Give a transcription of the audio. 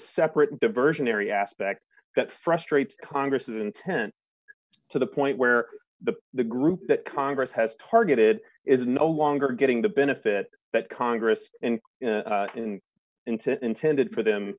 separate diversionary aspect that frustrates congress intent to the point where the the group that congress has targeted is no longer getting the benefit that congress and into intended for them